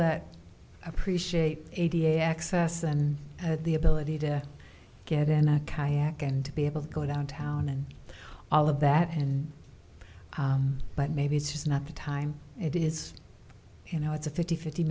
that appreciate a t m access and had the ability to get in a kayak and to be able to go downtown and all of that happen but maybe it's just not the time it is you know it's a fifty fifty